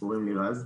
אני הייתי